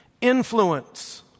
influence